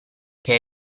che